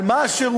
על מה השירות,